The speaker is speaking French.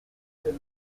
les